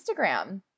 Instagram